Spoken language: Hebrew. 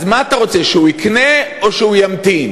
אז מה אתה רוצה, שהוא יקנה או שהוא ימתין?